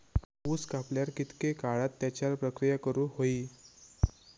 ऊस कापल्यार कितके काळात त्याच्यार प्रक्रिया करू होई?